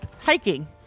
hiking